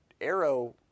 Arrow